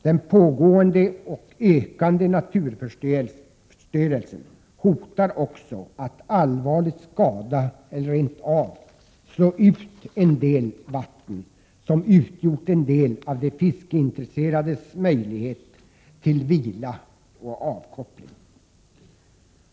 Den pågående och ökande naturförstörelsen hotar också att allvarligt skada eller rent av slå ut en del vatten, som utgjort en del av de fiskeintresserades möjlighet till vila och avkoppling.